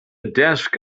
desk